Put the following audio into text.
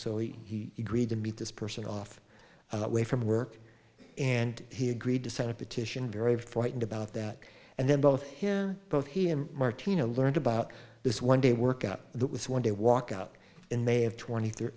so he agreed to meet this person off away from work and he agreed to sign a petition very frightened about that and then both him both he and martina learned about this one day work out that was one day walkout in may of twenty th